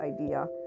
idea